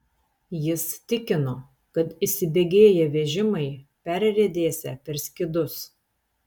jis tikino kad įsibėgėję vežimai perriedėsią per skydus